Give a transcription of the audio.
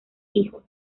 hijos